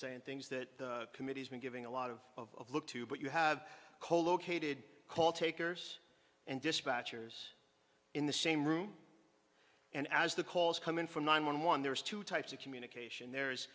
saying things that committee has been giving a lot of look to but you have colocated call takers and dispatchers in the same room and as the calls come in from nine one one there's two types of communication there's